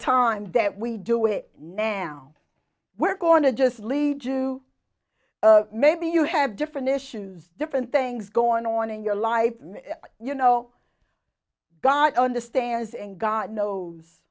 time that we do it now we're going to just lead you maybe you have different issues different things going on in your life and you know god understands and god knows